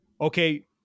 Okay